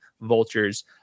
Vultures